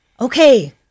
okay